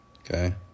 Okay